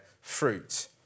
fruit